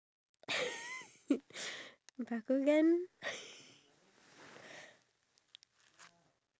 um I get that but I also have one day to study for my two examination papers